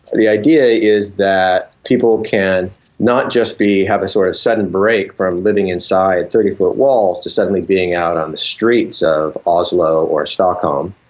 the idea is that people can not just have a sort of sudden break from living inside thirty foot walls to suddenly being out on the streets of oslo or stockholm,